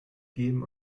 geben